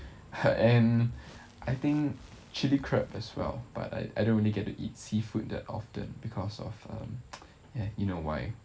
huh and I think chilli crab as well but I I don't really get to eat seafood that often because of um ya you know why